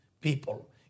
people